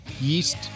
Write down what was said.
yeast